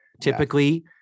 typically